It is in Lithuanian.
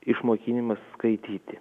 išmokinimas skaityti